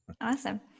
Awesome